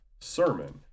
sermon